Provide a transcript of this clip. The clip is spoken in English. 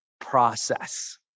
process